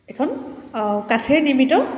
এখন কাঠেৰে নিৰ্মিত